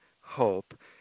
hope